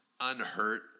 unhurt